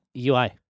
UI